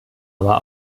aber